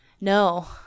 No